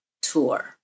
tour